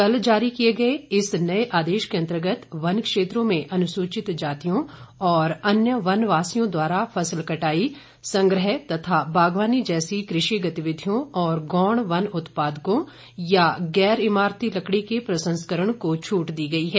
कल जारी किये गये इस नये आदेश के अंतर्गत वन क्षेत्रों में अनुसूचित जातियों और अन्य वन वासियों द्वारा फसल कटाई संग्रह तथा बागवानी जैसी कृषि गतिविधियों और गौण वन उत्पादों या गैर इमारती लकड़ी के प्रसंस्करण को छूट दी गई है